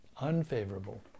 unfavorable